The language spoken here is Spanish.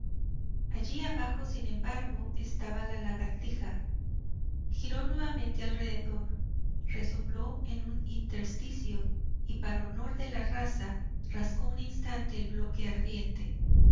abajo sin embargo estaba la lagartija giró nuevamente alrededor resopló en un intersticio y para honor de la raza rascó un instante el bloque ardiente